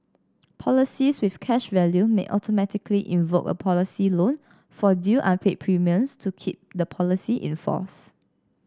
policies with cash value may automatically invoke a policy loan for due unpaid premiums to keep the policy in force